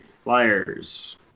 Flyers